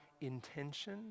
intention